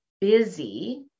busy